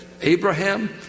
Abraham